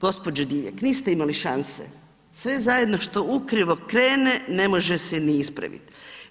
Gospođo Divjak niste imali šanse, sve zajedno što ukrivo krene ne može se ni ispraviti.